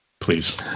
please